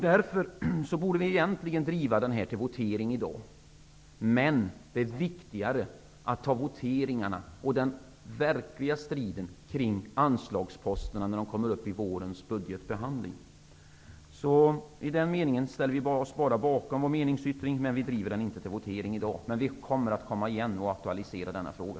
Därför borde vi egentligen driva den här frågan till votering i dag, men det är viktigare att ta voteringarna och den verkliga striden kring anslagsposterna när de kommer upp i vårens budgetbehandling. Därför ställer vi oss bara bakom vår meningsyttring och driver den inte till votering i dag. Men vi kommer att komma igen och aktualisera denna fråga.